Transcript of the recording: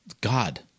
God